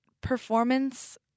performance